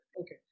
Okay